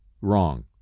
wrong